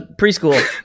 preschool